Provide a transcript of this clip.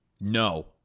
No